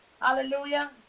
Hallelujah